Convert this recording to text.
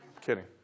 Kidding